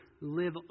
live